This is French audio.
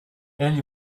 elle